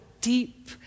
deep